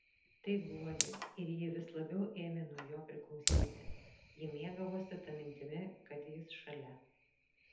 tai guodė ir ji vis labiau ėmė nuo jo priklausyti ji mėgavosi ta mintimi kad jis šalia